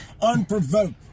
Unprovoked